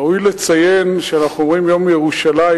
ראוי לציין שאנחנו אומרים יום ירושלים.